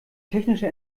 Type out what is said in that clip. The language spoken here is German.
technische